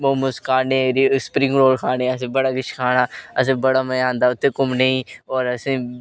momos spring roll खाने असें बड़ा किश खाना असें गी बड़ा मजा आंदा उत्थै धूमने गी और असेंगी